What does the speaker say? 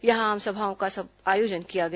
यहां आमसभाओं का आयोजन किया गया